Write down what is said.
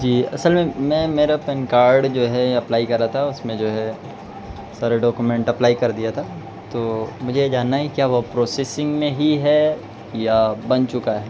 جی اصل میں میں میرا پین کارڈ جو ہے اپلائی کرا تھا اس میں جو ہے سارے ڈاکیومنٹ اپلائی کر دیا تھا تو مجھے یہ جاننا ہے کیا وہ پروسیسنگ میں ہی ہے یا بن چکا ہے